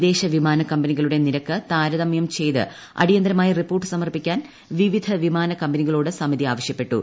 വിദേശ വിമാനകമ്പനികളുടെ നിരക്ക് താരതമൃം ചെയ്ത് അടിയന്തിരമായി റിപ്പോർട്ട് സമർപ്പിക്കാൻ വിവിധ വിമാന കമ്പനികളോട് സമിതി ആവശ്യപ്പെട്ടു